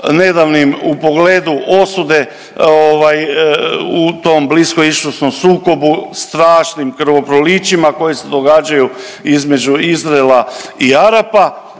nedavnim u pogledu osude ovaj u tom bliskoistočnom sukobu strašnim krvoprolićima koji se događaju između Izraela i Arapa,